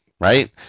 right